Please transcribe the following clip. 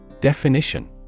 Definition